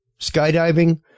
skydiving